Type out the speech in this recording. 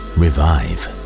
revive